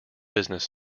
business